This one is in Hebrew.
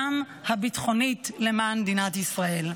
גם הביטחונית, למען מדינת ישראל.